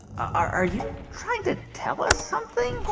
are are you trying to tell us something?